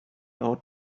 out